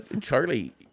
Charlie